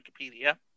wikipedia